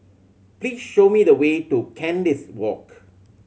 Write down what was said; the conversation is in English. please show me the way to Kandis Walk